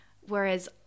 Whereas